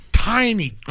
Tiny